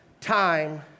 Time